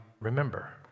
remember